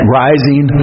rising